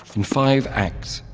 in five acts,